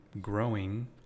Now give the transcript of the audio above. growing